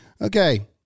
okay